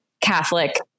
Catholic